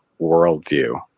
worldview